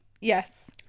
Yes